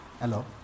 Hello